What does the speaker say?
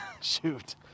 shoot